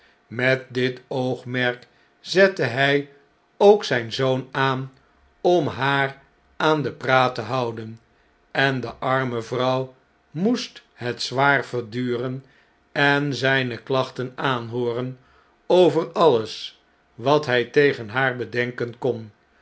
met dit oogmerk zette hij ook zijn zoon aan om haar aan den praat te houden en de arme vrouw moest het zwaar verduren en zijne klachten aanhooren over alles wat hij tegen haar bedenken kon